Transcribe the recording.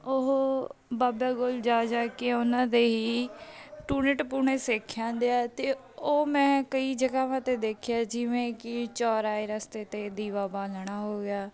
ਉਹ ਬਾਬਿਆਂ ਕੋਲ ਜਾ ਜਾ ਕੇ ਉਹਨਾਂ ਦੇ ਹੀ ਟੂਣੇ ਟਪੂਣੇ ਸਿੱਖ ਆਉਂਦੇ ਆ ਅਤੇ ਉਹ ਮੈਂ ਕਈ ਜਗ੍ਹਾਵਾਂ 'ਤੇ ਦੇਖਿਆ ਜਿਵੇਂ ਕੀ ਚੌਰਾਹੇ ਰਸਤੇ 'ਤੇ ਦੀਵਾ ਬਾਲਣਾ ਹੋ ਗਿਆ